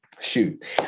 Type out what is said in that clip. shoot